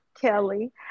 Kelly